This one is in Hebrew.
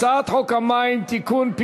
הצעת חוק המים (תיקון,